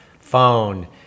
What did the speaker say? phone